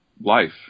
life